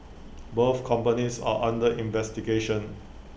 both companies are under investigation